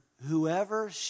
whoever